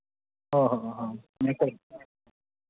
ᱦᱮᱸ ᱦᱮᱸ ᱱᱤᱛᱚᱜ